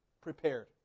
prepared